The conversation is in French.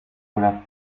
olaf